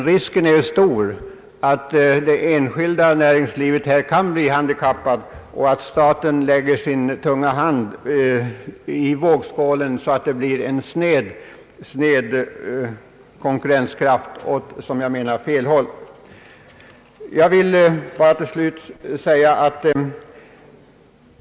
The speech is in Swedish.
Risken är dock stor att det enskilda näringslivet kan bli handikappat och att staten lägger sin tunga hand i vågskålen, så att det blir en snedvridning av konkurrenskraften, som jag menar, åt fel håll.